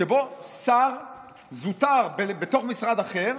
שבו שר זוטר בתוך משרד אחר,